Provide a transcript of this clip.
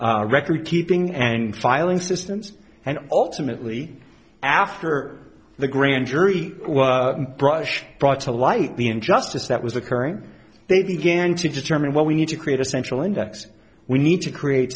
partly record keeping and filing systems and ultimately after the grand jury brush brought to light the injustice that was occurring they began to determine what we need to create a central index we need to create